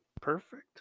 perfect